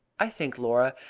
i think, laura,